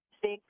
six